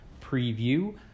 preview